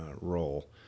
role